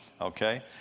Okay